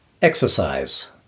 Exercise